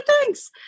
thanks